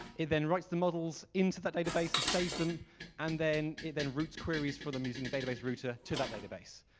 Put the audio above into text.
it then writes the models into that database and saves them and then it then routes queries for them using a database router to that database,